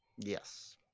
Yes